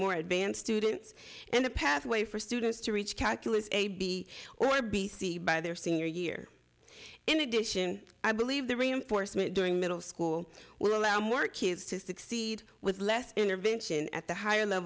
more advanced students and a pathway for students to reach calculus a b or b c by their senior year in addition i believe the reinforcement during middle school will allow more kids to succeed with less intervention at the higher